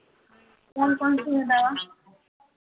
कौन कौन सी हैं दवा